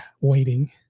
waiting